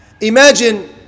Imagine